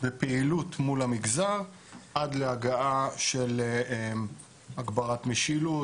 בפעילות מול המגזר עד להגעה של הגברת משילות,